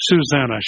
Susanna